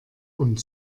und